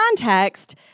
context